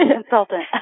consultant